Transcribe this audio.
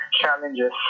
challenges